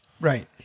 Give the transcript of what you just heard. Right